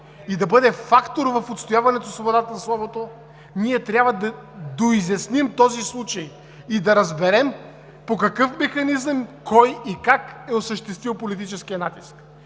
и да бъде фактор в отстояване свободата на словото, ние трябва да доизясним този случай и да разберем по какъв механизъм, кой и как е осъществил политическия натиск.